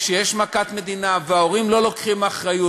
כשיש מכת מדינה וההורים לא לוקחים אחריות,